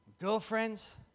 girlfriends